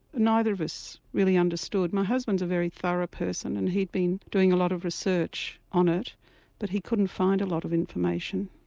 neither of us really understood my husband is a very thorough person and he'd been doing a lot of research on it but he couldn't find a lot of information.